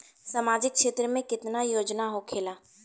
सामाजिक क्षेत्र में केतना योजना होखेला?